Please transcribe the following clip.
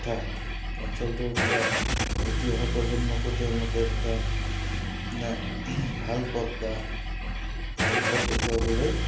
তথা অঞ্চলটোৰ পৰা উঠি অহা প্ৰজন্মকো তেওঁলোকে এটাে ভাল পথ বা ভাল পথ দেখুৱাবলৈ